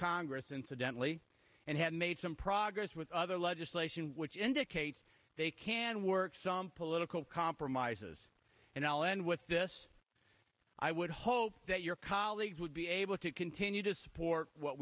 congress incidentally and had made some progress with other legislation which indicates they can work some political compromises and i'll end with this i would hope that your colleagues would be able to continue to support what